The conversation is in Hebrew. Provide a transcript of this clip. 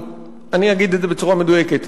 אני אגיד בצורה מדויקת,